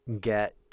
get